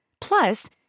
Plus